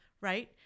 right